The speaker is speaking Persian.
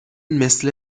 مثل